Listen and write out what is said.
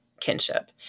kinship